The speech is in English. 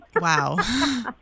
wow